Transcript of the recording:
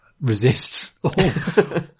resists